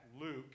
Luke